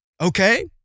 okay